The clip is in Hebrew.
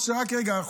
או שרק רגע,